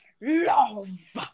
love